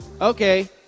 okay